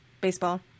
baseball